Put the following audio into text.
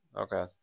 Okay